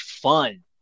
fun